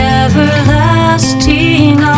everlasting